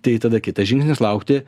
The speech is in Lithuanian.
tai tada kitas žingsnis laukti